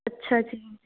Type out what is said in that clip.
ਅੱਛਾ ਜੀ